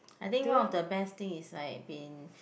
I think one of the best thing is like been